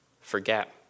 forget